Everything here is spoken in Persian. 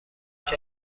است